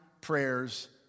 prayers